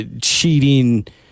cheating